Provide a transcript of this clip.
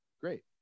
great